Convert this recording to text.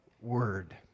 Word